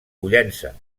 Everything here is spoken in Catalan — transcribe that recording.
pollença